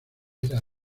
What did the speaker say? era